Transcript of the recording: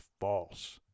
false